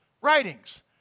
writings